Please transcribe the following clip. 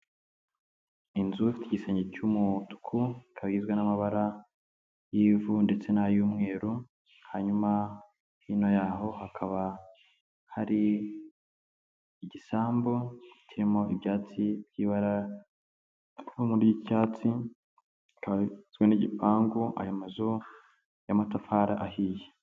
Inzu y'igisenge cy'umutuku ikaba igizwe n'amabara y'ivu ndetse n'ay'umweru, hanyuma hino yaho hakaba hari igisambu kirimo ibyatsi by'ibara ry'icyatsi ikaba igizwe n'igipangu ayo mazu y'amatafari ahiye.